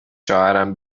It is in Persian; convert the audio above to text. شوهرم